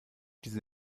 diese